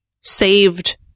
saved